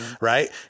Right